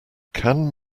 can